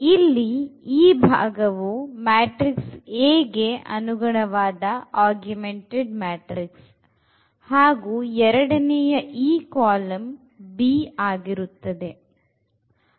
ಇಲ್ಲಿ ಈ ಭಾಗವು ಮ್ಯಾಟ್ರಿಕ್ಸ್ A ಗೆ ಅನುಗುಣವಾದ ಆಗುಮೆಂಟೆಡ್ ಮ್ಯಾಟ್ರಿಕ್ಸ್ ಹಾಗು ಎರಡನೆಯ ಈ ಕಾಲಮ್ b ಆಗಿರುತ್ತದೆ